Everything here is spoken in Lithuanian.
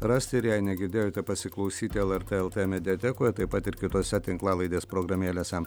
rasti ir jei negirdėjote pasiklausyti lrt lt mediatekoje taip pat ir kitose tinklalaidės programėlėse